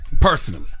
personally